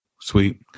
Sweet